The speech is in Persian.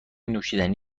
نوشیدنی